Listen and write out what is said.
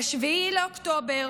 ב-7 באוקטובר